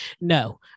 no